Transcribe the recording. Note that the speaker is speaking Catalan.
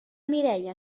mireia